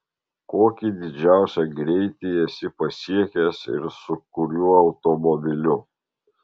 kokį didžiausią greitį esi pasiekęs ir su kuriuo automobiliu